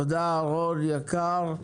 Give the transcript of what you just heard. תודה, רון יקר.